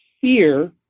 fear